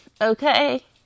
okay